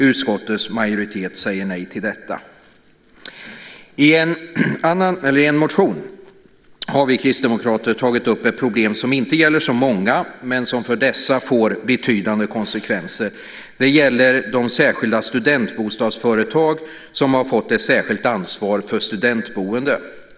Utskottets majoritet säger nej till detta. I en motion har vi kristdemokrater tagit upp ett problem som inte gäller så många, men som för dessa får betydande konsekvenser. Det gäller de särskilda studentbostadsföretag som har fått ett särskilt ansvar för studentboende.